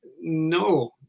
no